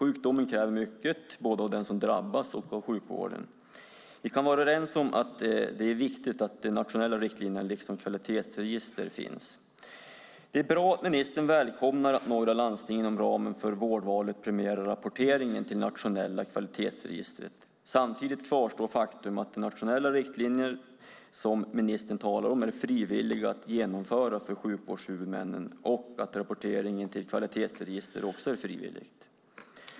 Sjukdomen kräver mycket, både av den som drabbas och av sjukvården. Vi kan vara överens om att det är viktigt att det finns nationella riktlinjer och kvalitetsregister. Det är bra att ministern välkomnar att några landsting inom ramen för vårdvalet premierar rapporteringen till det nationella kvalitetsregistret. Samtidigt kvarstår faktum att nationella riktlinjer, som ministern talar om, är frivilliga för sjukvårdshuvudmännen att genomföra, och att rapporteringen till kvalitetsregister också är frivillig.